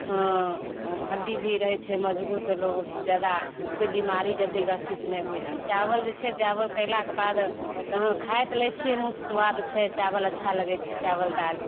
हड्डी भी रहैत छै मजबूत लोक जादा कोइ बीमारी जल्दी ग्रसित नहि छैहोइत चाबल जे छै चाबल खयलाके बाद अहाँ खा तऽ लै छियै मुँहके स्वाद छै चाबल अच्छा लगैत छै चाबल दालि